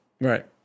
Right